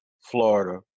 Florida